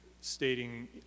stating